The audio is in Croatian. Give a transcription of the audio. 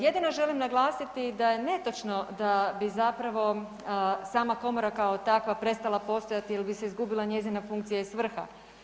Jedino želim naglasiti da je netočno da bi zapravo sama komora kao takva prestala postojati jel bi se izgubila njezina funkcija i svrha.